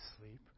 sleep